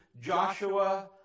Joshua